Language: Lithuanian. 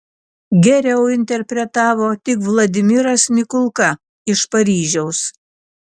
geriau interpretavo tik vladimiras mikulka iš paryžiaus